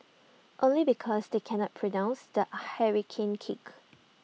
only because they cannot pronounce the hurricane kick